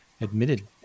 admitted